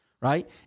right